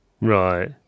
Right